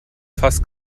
fass